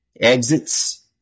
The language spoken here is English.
exits